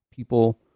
people